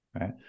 right